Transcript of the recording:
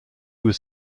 was